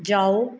ਜਾਓ